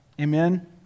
Amen